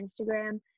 Instagram